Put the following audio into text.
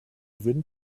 wind